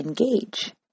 engage